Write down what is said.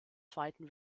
zweiten